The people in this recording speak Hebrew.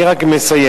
אני רק מסיים.